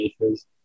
issues